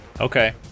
Okay